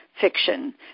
fiction